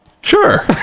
Sure